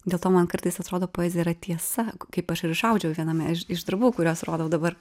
dėl to man kartais atrodo poezija yra tiesa kaip aš ir išaudžiau viename iš iš darbų kuriuos rodau dabar